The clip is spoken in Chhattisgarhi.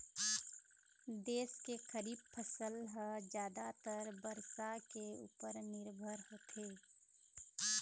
देश के खरीफ फसल ह जादातर बरसा के उपर निरभर होथे